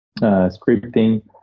scripting